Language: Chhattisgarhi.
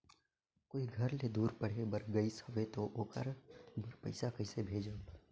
कोई घर ले दूर पढ़े बर गाईस हवे तो ओकर बर पइसा कइसे भेजब?